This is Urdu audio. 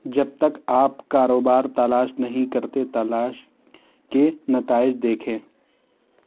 جب تک آپ کاروبار تلاش نہیں کرتے تلاش کے نتائج دیکھیں